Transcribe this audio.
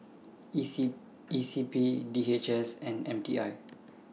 E C P D H S and M T I